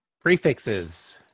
Prefixes